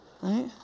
Right